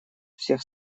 всех